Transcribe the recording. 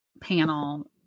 panel